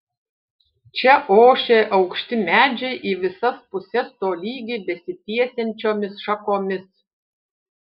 čia ošė aukšti medžiai į visas puses tolygiai besitiesiančiomis šakomis